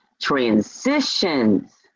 transitions